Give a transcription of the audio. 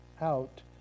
out